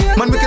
Man